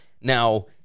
Now